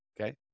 Okay